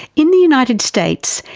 in the united states,